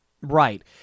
Right